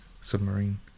Submarine